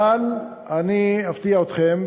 אבל אני אפתיע אתכם,